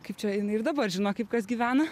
kaip čia jinai ir dabar žino kaip kas gyvena